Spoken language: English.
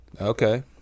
Okay